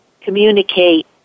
communicate